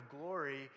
glory